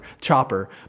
chopper